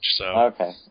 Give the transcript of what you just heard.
Okay